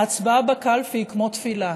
ההצבעה בקלפי היא כמו תפילה,